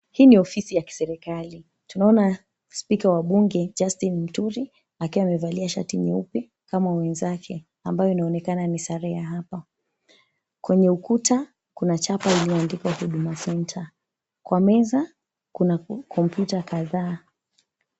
Hii ni ofisi ya kiserikali tunaona spika wa bunge Justin Muturi akiwa amevaliashati nyeupe na wenzake ambayo inaonekana ni sheria ya hapa, kwenye ukuta kuna chapa iliyoandikwa, Huduma Center, kwa meza kuna kompyuta kadhaa.